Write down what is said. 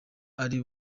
ari